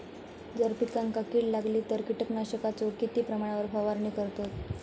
जर पिकांका कीड लागली तर कीटकनाशकाचो किती प्रमाणावर फवारणी करतत?